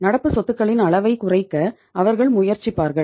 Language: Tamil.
நடப்பு சொத்துகளின் அளவைக் குறைக்க அவர்கள் முயற்சிப்பார்கள்